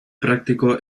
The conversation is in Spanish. práctico